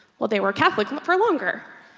well they were catholic for longer,